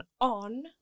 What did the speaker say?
on